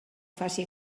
faci